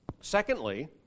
Secondly